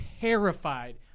terrified